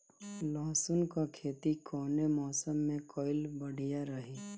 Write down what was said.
लहसुन क खेती कवने मौसम में कइल बढ़िया रही?